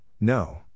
no